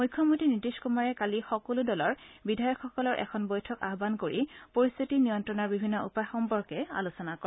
মৃখ্যমন্ত্ৰী নীতিশ কমাৰে কালি সকলো দলৰ বিধায়কসকলৰ এখন বৈঠক আহবান কৰি পৰিস্থিতি নিয়ন্ত্ৰণৰ বিভিন্ন উপায় সম্পৰ্কে আলোচনা কৰে